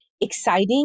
exciting